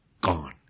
gone